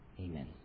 Amen